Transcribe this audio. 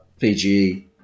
PGE